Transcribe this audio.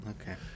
Okay